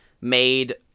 made